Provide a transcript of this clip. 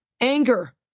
anger